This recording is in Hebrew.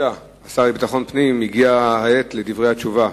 השר לביטחון פנים, הגיעה העת לדברי התשובה.